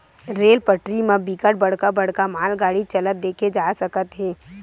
rail पटरी म बिकट बड़का बड़का मालगाड़ी चलत देखे जा सकत हे